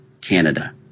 canada